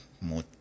more